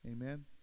Amen